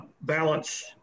balance